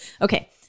Okay